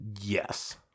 Yes